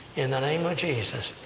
in the name of jesus.